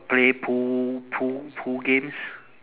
play pool pool pool games